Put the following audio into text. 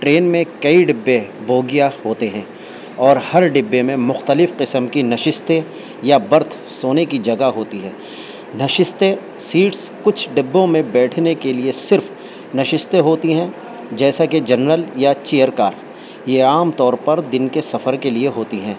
train میں کئی ڈبے بوگیا ہوتے ہیں اور ہر ڈبے میں مختلف قسم کی نشستیں یا برتھ سونے کی جگہ ہوتی ہیں نشستیں سیٹس کچھ ڈبوں میں بیٹھنے کے لیے صرف نشستیں ہوتی ہیں جیسا کہ جنرل یا چیئر کار یہ عام طور پر دن کے سفر کے لیے ہوتی ہیں